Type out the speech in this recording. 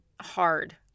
hard